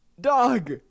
dog